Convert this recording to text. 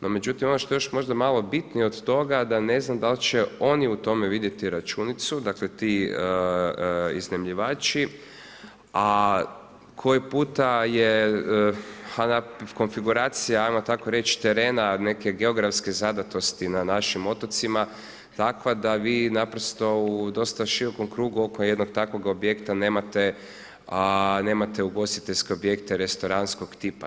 No međutim, ono što je još možda malo bitnije od toga da ne znam da li će oni u tome vidjeti računicu, dakle ti iznajmljivači a koji puta je konfiguracija, ajmo tako reći terena neke geografske zadatosti na našim otocima takva da vi naprosto u dosta širokom krugu oko jednog takvog objekta nemate ugostiteljske objekte restoranskog tipa.